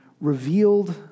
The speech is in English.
revealed